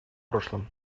прошлом